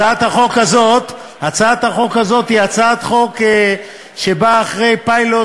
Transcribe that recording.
הצעת החוק הזאת היא הצעת חוק שבאה אחרי פיילוט